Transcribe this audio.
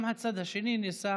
גם הצד השני ניסה